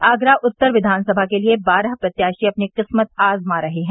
आगरा उत्तर विधानसभा के लिए बारह प्रत्याशी अपनी किस्मत आजमा रहे हैं